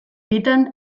bitan